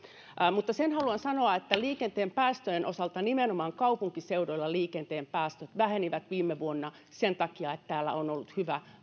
mutta sen haluan sanoa että liikenteen päästöjen osalta nimenomaan kaupunkiseuduilla liikenteen päästöt vähenivät viime vuonna sen takia että täällä on ollut hyvä